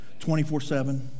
24-7